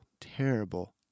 terrible